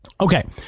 Okay